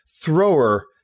Thrower